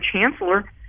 chancellor